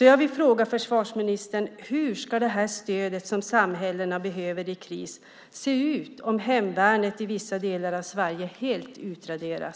Jag vill fråga försvarsministern: Hur ska stödet som samhället behöver i kris se ut om hemvärnet i vissa delar av Sverige helt utraderas?